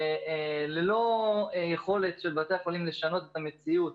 אין ולו פנימאי אחד שמספר לו ולצוות מה קורה במחלקות הפנימיות.